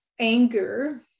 Anger